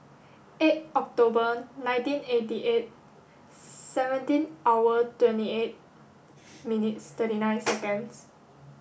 eight October nineteen eighty eight seventeen hour twenty eight minutes thirty nine seconds